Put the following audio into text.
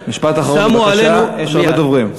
משפט אחרון, בבקשה, יש הרבה דוברים.